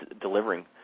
delivering